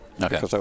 Okay